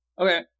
Okay